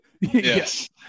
Yes